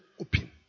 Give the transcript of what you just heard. open